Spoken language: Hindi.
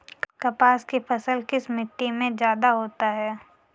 कपास की फसल किस मिट्टी में ज्यादा होता है?